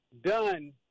done